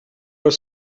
were